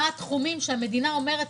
מה התחומים שהמדינה אומרת: